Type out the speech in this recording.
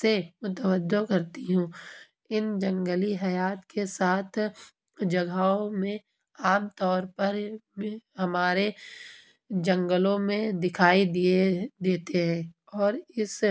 سے متوجہ کرتی ہوں ان جنگلی حیات کے ساتھ جگہوں میں عام طور پر میں ہمارے جنگلوں میں دکھائی دیے دیتے ہیں اور اس